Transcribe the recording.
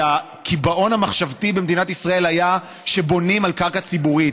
כי הקיבעון המחשבתי במדינת ישראל היה שבונים על קרקע ציבורית,